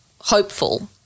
hopeful